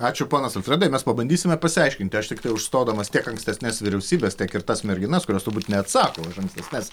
ačiū ponas alfredai mes pabandysime pasiaiškinti aš tiktai užstodamas tiek ankstesnes vyriausybes tiek ir tas merginas kurios turbūt neatsako už ankstesnes